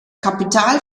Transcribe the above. kapital